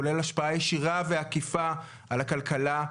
כולל השפעה ישירה ועקיפה על הכלכלה,